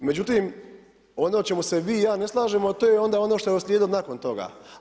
Međutim, ono u čemu se vi i ja ne slažemo a to je onda ono što je uslijedilo nakon toga.